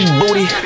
booty